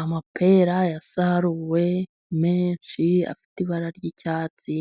Amapera ya saruwe menshi, afite ibara ry'icyatsi